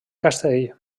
castell